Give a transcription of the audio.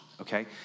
okay